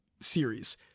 series